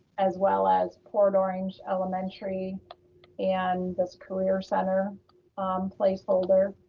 as well as port orange elementary and this career center placeholder.